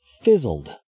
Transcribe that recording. fizzled